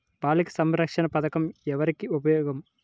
బాలిక సంరక్షణ పథకం ఎవరికి ఉపయోగము?